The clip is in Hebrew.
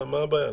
מה הבעיה?